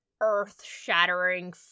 earth-shattering